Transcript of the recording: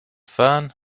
fahren